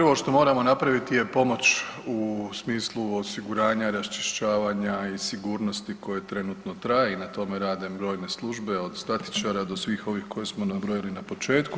Prvo što moramo napraviti je pomoć u smislu osiguranja raščišćavanja i sigurnosti koje trenutno traje i na tome rade brojne službe od statičara do svih ovih koje smo nabrojali na početku.